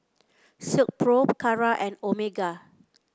Silkpro Kara and Omega